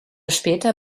später